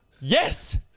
Yes